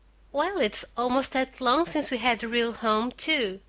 well, it's almost that long since we had a real home, too,